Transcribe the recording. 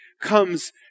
comes